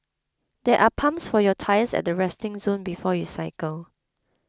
there are pumps for your tyres at the resting zone before you cycle